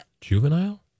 juvenile